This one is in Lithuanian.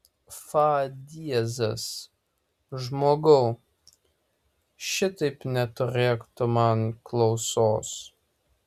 fa diezas žmogau šitaip neturėk tu man klausos